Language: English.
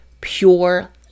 pure